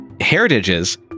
heritages